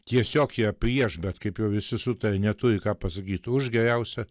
tiesiog ją prieš bet kaip jau visi sutarė neturi ką pasakyt už geriausią